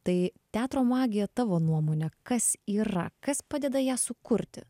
tai teatro magija tavo nuomone kas yra kas padeda ją sukurti